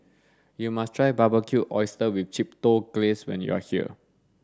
you must try Barbecued Oysters with Chipotle Glaze when you are here